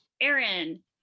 Aaron